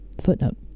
Footnote